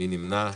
מי נמנע?